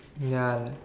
ya